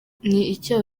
icyaha